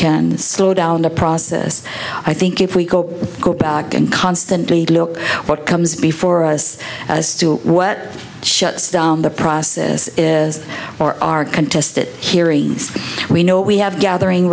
can slow down the process i think if we go back and constantly look what comes before us as to what shuts down the process is or are contested hearings we know we have gathering